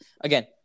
again